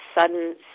sudden